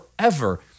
forever